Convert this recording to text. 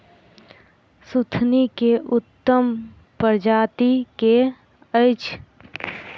सुथनी केँ उत्तम प्रजाति केँ अछि?